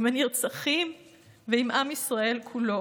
עם הנרצחים ועם עם ישראל כולו.